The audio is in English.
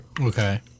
Okay